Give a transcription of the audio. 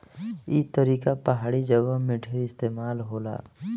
ई तरीका पहाड़ी जगह में ढेर इस्तेमाल होला